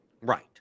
Right